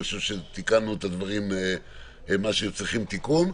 ותיקנו את הדברים שנדרש היה לתקן.